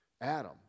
Adam